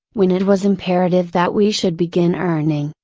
when it was imperative that we should begin earning,